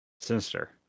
sinister